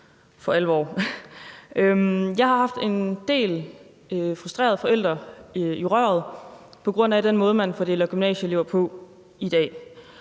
for alvor. Jeg har haft en del frustrerede forældre i røret på grund af den måde, man fordeler gymnasieelever på i dag.